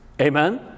Amen